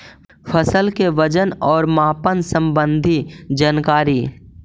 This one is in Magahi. फसल के वजन और मापन संबंधी जनकारी?